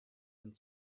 and